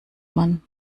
man